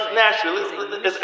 naturally